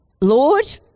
Lord